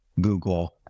Google